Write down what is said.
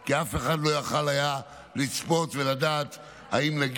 כי אף אחד לא יכול היה לצפות ולדעת אם כבר נגיע